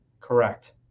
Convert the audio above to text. Correct